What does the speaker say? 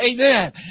Amen